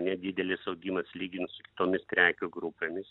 nedidelis augimas lyginant su kitomis prekių grupėmis